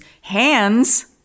hands